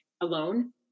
alone